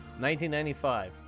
1995